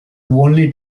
only